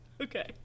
Okay